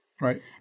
Right